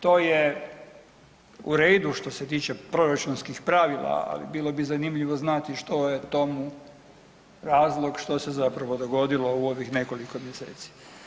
To je u redu što se tiče proračunskih pravila, ali bilo bi zanimljivo znati što je tomu razlog, što se zapravo dogodilo u ovih nekoliko mjeseci.